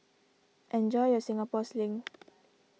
enjoy your Singapore Sling